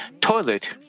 toilet